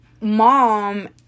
mom